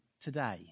today